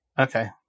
Okay